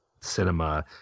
cinema